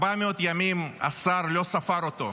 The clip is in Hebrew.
400 ימים השר לא ספר אותו.